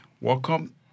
Welcome